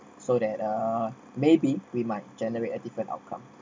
so that uh maybe we might generate a different outcome